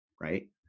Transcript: right